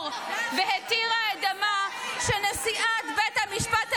והתירה את דמה של נשיאת בית המשפט העליון,